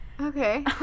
Okay